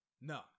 No